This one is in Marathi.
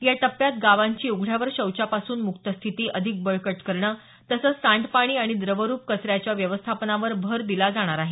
या टप्प्यात गावांची उघड्यावर शौचापासून मुक्त स्थिती अधिक बळकट करणं तसंच सांडपाणी आणि द्रवरुप कचऱ्याच्या व्यवस्थापनावर भर दिला जाणार आहे